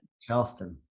Charleston